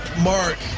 Mark